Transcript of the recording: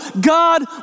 God